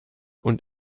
und